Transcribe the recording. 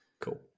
Cool